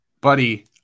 Buddy